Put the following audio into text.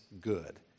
good